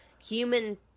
Human